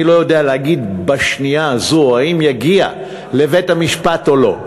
אני לא יודע להגיד בשנייה הזאת אם זה יגיע לבית-המשפט או לא.